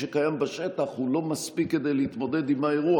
שקיים בשטח לא מספיק כדי להתמודד עם האירוע,